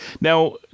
Now